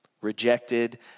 Rejected